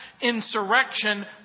insurrection